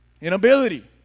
Inability